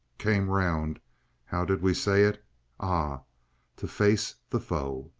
came round how did we say it ah to face the foe.